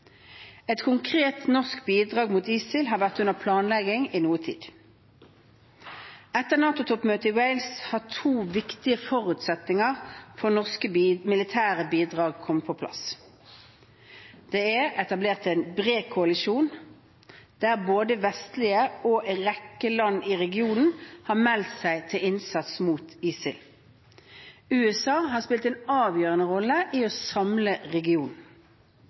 Et konkret norsk militært bidrag mot ISIL har vært under planlegging i noe tid. Etter NATO-toppmøtet i Wales har to viktige forutsetninger for norske militære bidrag kommet på plass. Det er etablert en bred koalisjon der både vestlige land og en rekke land i regionen har meldt seg til innsats mot ISIL. USA har spilt en avgjørende rolle i å samle regionen.